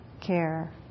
care